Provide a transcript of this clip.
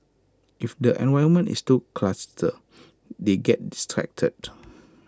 if the environment is too cluttered they get distracted